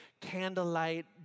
candlelight